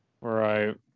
Right